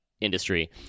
industry